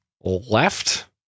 left